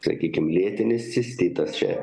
sakykim lėtinis cistitas čia